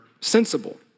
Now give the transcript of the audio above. sensible